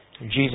Jesus